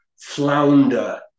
flounder